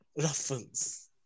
Ruffles